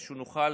אנחנו לא